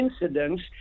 incidents